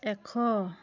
এশ